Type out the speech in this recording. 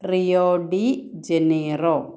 Rio de Janeiro